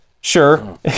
Sure